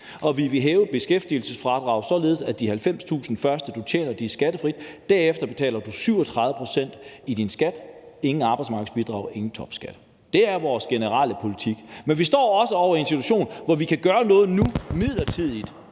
Og vi vil hæve beskæftigelsesfradraget, således at de første 90.000 kr., du tjener, er skattefri, og derefter betaler du 37 pct. i skat – ingen arbejdsmarkedsbidrag, ingen topskat. Det er vores generelle politik. Men vi står også i en situation, hvor vi kan gøre noget nu midlertidigt,